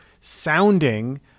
sounding